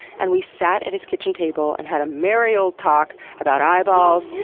and we sat at his kitchen table and had a merry old talk about eyeballs,